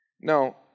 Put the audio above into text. Now